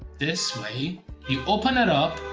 this way you open it up,